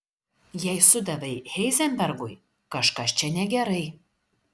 jei sudavei heizenbergui kažkas čia negerai